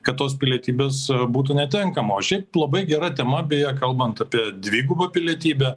kad tos pilietybės būtų netenkama o šiaip labai gera tema beje kalbant apie dvigubą pilietybę